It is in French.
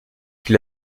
qui